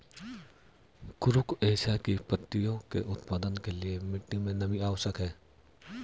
कुरुख एशिया की पत्तियों के उत्पादन के लिए मिट्टी मे नमी आवश्यक है